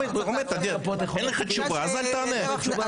אין לך תשובה, אז אל תענה.